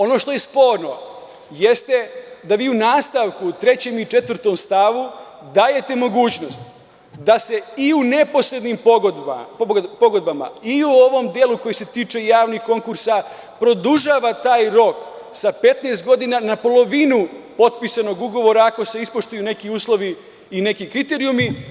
Ono što je sporno jeste da vi u nastavku, trećem i četvrtom stavu, dajete mogućnost da se i u neposrednim pogodbama i u ovom delu, koji se tiče javnih konkursa, produžava taj rok sa 15 godina na polovinu potpisanog ugovora, ako se ispoštuju neki uslovi i neki kriterijumi.